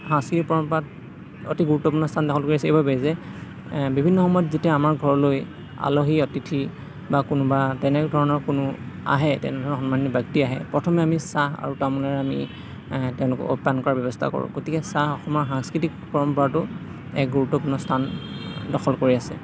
সাংস্কৃতিক পৰম্পৰাত অতি গুৰুত্বপূৰ্ণ স্থান দখল কৰি আছে এইবাবেই যে বিভিন্ন সময়ত যেতিয়া আমাৰ ঘৰলৈ আলহি অতিথি বা কোনোবা তেনেধৰণৰ কোনো আহে তেনেধৰণৰ সন্মানীয় ব্যক্তি আহে প্ৰথমে আমি চাহ আৰু তামোলেৰে আমি তেওঁলোকক আপ্যায়ন কৰাৰ ব্যৱস্থা কৰোঁ গতিকে চাহ অসমৰ সাংস্কৃতিক পৰম্পৰাতো এক গুৰুত্বপূৰ্ণ স্থান দখল কৰি আছে